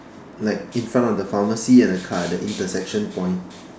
like in front of the pharmacy and the car at the intersection point